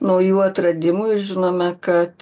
naujų atradimų ir žinome kad